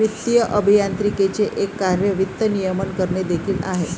वित्तीय अभियांत्रिकीचे एक कार्य वित्त नियमन करणे देखील आहे